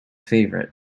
favorite